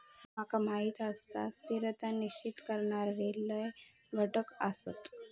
माका माहीत आसा, स्थिरता निश्चित करणारे लय घटक आसत